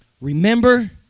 Remember